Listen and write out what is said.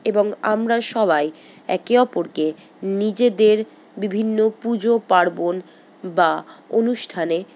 এবং আমরা সবাই একে অপরকে নিজেদের বিভিন্ন পুজো পার্বণ বা অনুষ্ঠানে